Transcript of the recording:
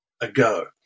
ago